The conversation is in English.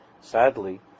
Sadly